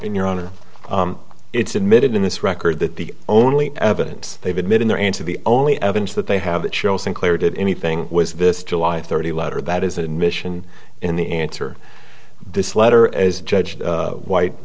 in your honor it's admitted in this record that the only evidence they've admitted there into the only evidence that they have that shows sinclair did anything was this july thirty letter that is an admission in the answer this letter as judge white